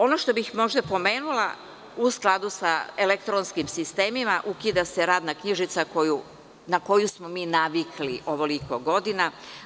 Ono što bih možda pomenula u skladu sa elektronskim sistemima, ukida se radna knjižica na koju smo mi navikli ovoliko godina.